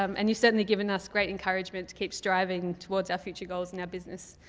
um and you've certainly given us great encouragement to keep striving towards our future goals in our business.